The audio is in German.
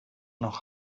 noch